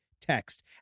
text